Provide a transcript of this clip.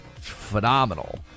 phenomenal